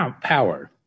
power